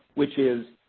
which is,